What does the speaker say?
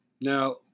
Now